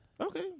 Okay